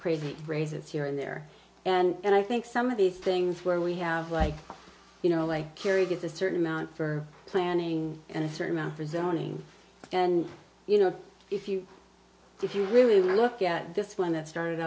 crazy raises here in there and i think some of these things where we have like you know like carrie does a certain amount for planning and a certain amount for zoning and you know if you if you really look at this one that started